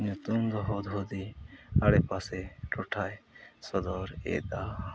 ᱧᱩᱛᱩᱢ ᱫᱚ ᱦᱩᱫᱽᱦᱩᱫᱤ ᱟᱰᱮᱯᱟᱥᱮ ᱴᱚᱴᱷᱟᱭ ᱥᱚᱫᱚᱨ ᱮᱫᱟ